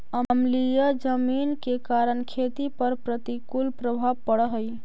अम्लीय जमीन के कारण खेती पर प्रतिकूल प्रभाव पड़ऽ हइ